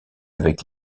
avec